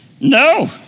No